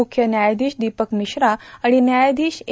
मुख्य व्यायाधीश दीपक मिश्रा आणि व्यायाधीश ए